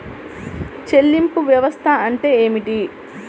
చెల్లింపు వ్యవస్థ అంటే ఏమిటి?